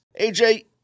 AJ